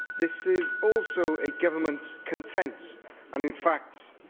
this is also a government content and in fact,